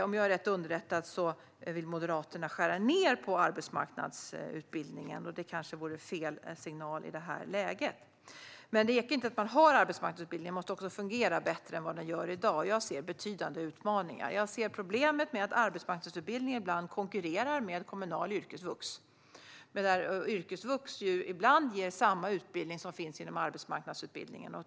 Om jag är rätt underrättad vill Moderaterna skära ned på arbetsmarknadsutbildningarna, och det vore kanske fel signal i det här läget. Det räcker dock inte att ha arbetsmarknadsutbildningar, utan de måste fungera bättre än de gör i dag. Jag ser betydande utmaningar. Jag ser problemet i att arbetsmarknadsutbildningarna ibland konkurrerar med kommunal yrkesvux, där yrkesvux ju ibland ger samma utbildning som den som finns inom arbetsmarknadsutbildningen.